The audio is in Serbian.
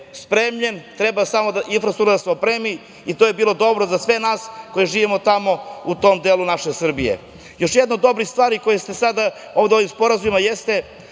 treba infrastruktura da se opremi i to bi bilo dobro za sve nas koji živimo tamo u tom delu naše Srbije. Još jedna od dobrih stvari u ovim sporazumima jeste